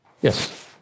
Yes